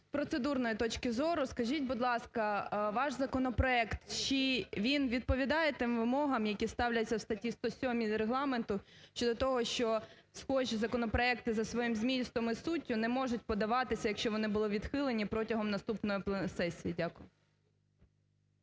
з процедурної точки зору. Скажіть, будь ласка, ваш законопроект чи він відповідає тим вимогам, які ставляться в статті 107 Регламенту щодо того, що схожі законопроекти за своїм змістом і суттю не можуть подаватися, якщо вони були відхилені протягом наступної сесії? Дякую.